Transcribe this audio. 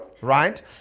Right